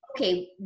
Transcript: okay